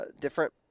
different